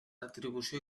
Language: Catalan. retribució